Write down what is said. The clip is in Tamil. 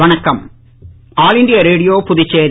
வணக்கம் ஆல் இண்டியா ரேடியோ புதுச்சேரி